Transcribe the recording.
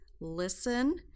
listen